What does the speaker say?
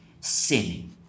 sin